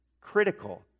critical